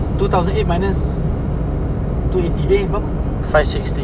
two thousand eight minus two eighty eh berapa